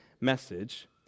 message